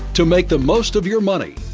to make the most of your money.